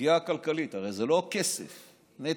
פגיעה כלכלית הרי זה לא כסף נטו.